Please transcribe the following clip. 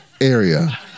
area